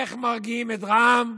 איך מרגיעים את רע"מ?